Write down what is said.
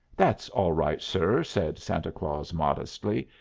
that's all right, sir, said santa claus modestly.